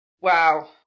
Wow